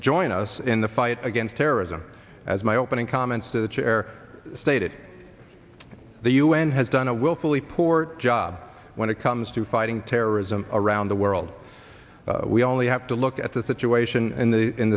join us in the fight against terrorism as my opening comments to the chair stated that the un has done a willfully poor job when it comes to fighting terrorism around the world we only have to look at the situation in the in